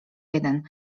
jeden